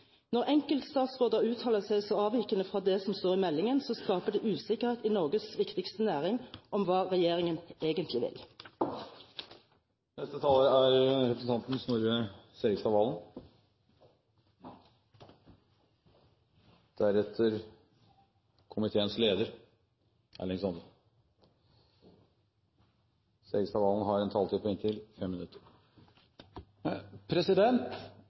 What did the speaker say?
Når enkeltstatsråder uttaler seg så avvikende fra det som står i meldingen, skaper det usikkerhet i Norges viktigste næring om hva regjeringen egentlig vil. Trass i at både Fremskrittspartiet og Høyre har inntrykk av det motsatte, mener også SV at dette er en